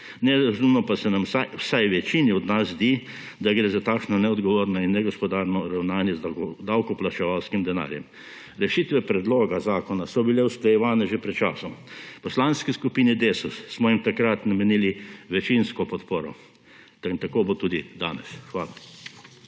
Nerazumno pa se nam, vsaj večini od nas, zdi, da gre za takšno neodgovorno in negospodarno ravnanje z davkoplačevalskim denarjem. Rešitve predloga zakona so bile usklajevane že pred časom. V Poslanski skupini Desus smo jim takrat namenili večinsko podporo in tako bo tudi danes. Hvala.